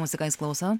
muziką jis klauso